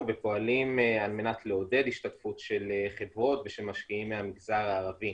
ופועלים על מנת לעודד השתתפות של חברות ושל משקיעים במגזר הערבי